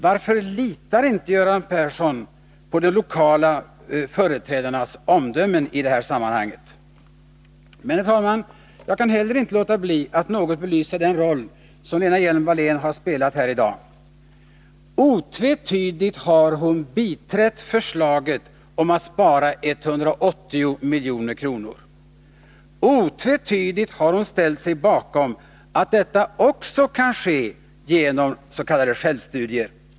Varför litar inte Göran Persson på de lokala företrädarnas omdömen i det här sammanhanget? Herr talman! Jag kan heller inte låta bli att något belysa den roll som Lena Hjelm-Wallén har spelat här i dag. Otvetydigt har hon biträtt förslaget om att spara 180 milj.kr. Otvetydigt har hon ställt sig bakom att detta också kan ske genom s.k. självstudier.